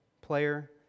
player